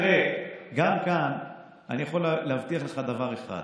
תראה, גם כאן אני יכול להבטיח לך דבר אחד: